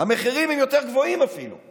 המחירים הם יותר גבוהים, אפילו?